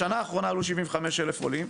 בשנה האחרונה עלו 75,000 עולים,